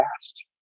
fast